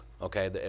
Okay